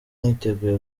mwiteguye